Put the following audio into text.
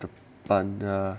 the ban err